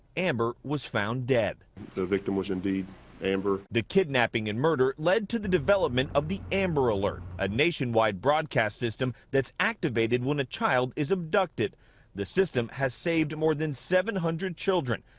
amber was found dead. nats the victim was indeed amber. the kidnapping and murder led to the development of the amber alert, a nationwide broadcast system that's activated when a child is adducted. the system has saved more than seven hundred children.